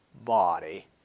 body